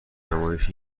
نمایش